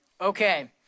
Okay